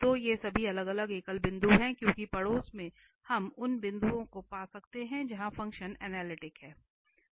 तो ये सभी अलग अलग एकल बिंदु हैं क्योंकि पड़ोस में हम उन बिंदुओं को पा सकते हैं जहां फंक्शन अनलिटिक है